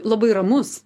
labai ramus